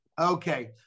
Okay